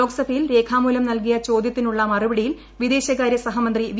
ലോക്സഭയിൽ രേഖാമൂലം നൽകിയ ചോദ്യത്തിനുള്ള മറുപടിയിൽ വിദേശകാര്യസഹമന്ത്രി വി